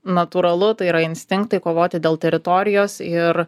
natūralu tai yra instinktai kovoti dėl teritorijos ir